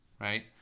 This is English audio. right